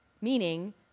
meaning